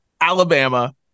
Alabama